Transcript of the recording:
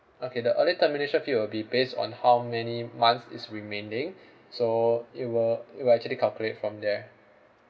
okay the early termination fee will be based on how many months is remaining so it will it will actually calculate from there